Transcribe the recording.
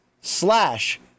slash